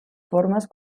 formes